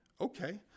Okay